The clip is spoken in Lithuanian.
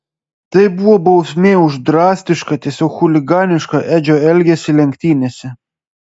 tai buvo bausmė už drastišką tiesiog chuliganišką edžio elgesį lenktynėse